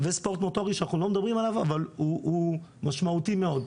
וספורט מוטורי שאנחנו לא מדברים עליו אבל הוא משמעותי מאוד.